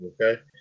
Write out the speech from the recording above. okay